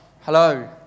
Hello